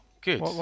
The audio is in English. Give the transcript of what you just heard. Good